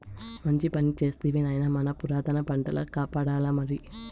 మంచి పని చేస్తివి నాయనా మన పురాతన పంటల కాపాడాల్లమరి